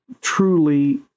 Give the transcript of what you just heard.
truly